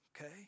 Okay